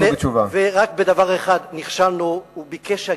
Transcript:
ורק בדבר אחד נכשלנו: הוא ביקש שהגנרלים